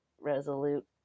resolute